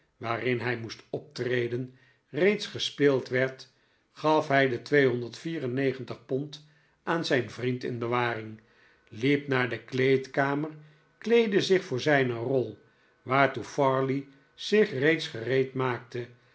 waarin hij moest optreden reeds gespeeld werd gaf hij de pond aan zijn vriend in bewaring liep naar de kleedkamer kleedde zich voor zijne rol waartoe parley zich reeds